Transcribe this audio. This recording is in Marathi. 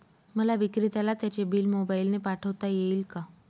मला विक्रेत्याला त्याचे बिल मोबाईलने पाठवता येईल का?